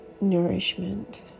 nourishment